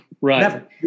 right